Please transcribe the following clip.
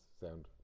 sound